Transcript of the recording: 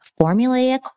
formulaic